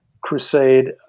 crusade